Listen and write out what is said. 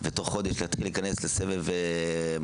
ותוך חודש להתחיל להיכנס לסבב מרתונים,